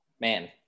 Man